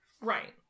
Right